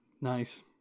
Nice